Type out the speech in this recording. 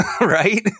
right